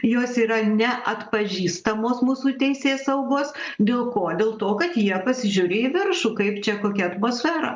jos yra neatpažįstamos mūsų teisėsaugos dėl ko dėl to kad jie pasižiūri į viršų kaip čia kokia atmosfera